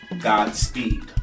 Godspeed